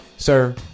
Sir